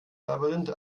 labyrinth